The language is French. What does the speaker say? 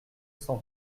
cent